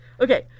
Okay